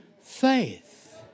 faith